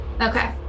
Okay